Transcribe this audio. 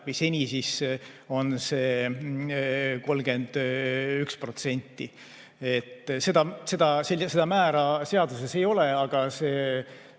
Seni on see 31%. Seda määra seaduses ei ole, aga see